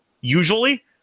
usually